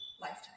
lifetime